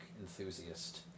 enthusiast